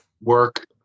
work